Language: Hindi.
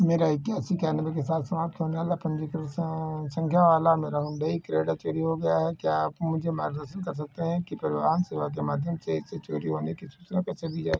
मेरा इक्यासी इक्यानवे के साथ समाप्त होने वाला पंजीकरण संख्या वाला मेरा हुंडई क्रेटा चोरी हो गया है क्या आप मुझे मार्गदर्शन कर सकते हैं कि परिवहन सेवा के माध्यम से इसे चोरी होने की सूचना कैसे दी जाए